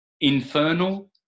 Infernal